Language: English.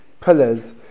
pillars